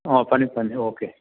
ꯑꯧ ꯐꯅꯤ ꯐꯅꯤ ꯑꯣꯀꯦ